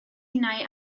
innau